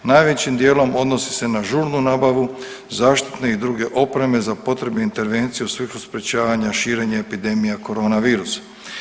Najvećim dijelom odnosi se na žurnu nabavu zaštitne i druge opreme za potrebe intervencije u svrhu sprječavanja širenja epidemija korona virusa.